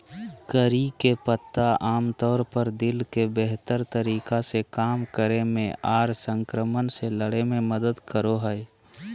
करी के पत्ता आमतौर पर दिल के बेहतर तरीका से काम करे मे आर संक्रमण से लड़े मे मदद करो हय